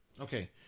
Okay